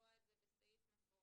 לקבוע את זה בסעיף מפורש,